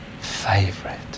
favorite